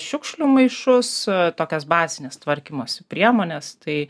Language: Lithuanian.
šiukšlių maišus tokias bazines tvarkymosi priemones tai